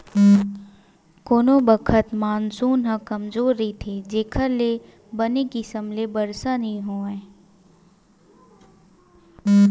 कोनो बखत मानसून ह कमजोर रहिथे जेखर ले बने किसम ले बरसा नइ होवय